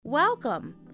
welcome